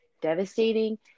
devastating